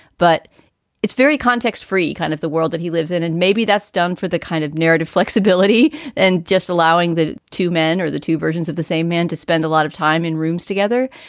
but it's very context, free kind of the world that he lives in. and maybe that's done for the kind of narrative flexibility and just allowing the two men or the two versions of the same man to spend a lot of time in rooms together.